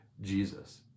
Jesus